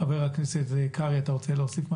חבר הכנסת קרעי, אתה רוצה להוסיף?